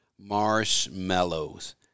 Marshmallows